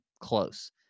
close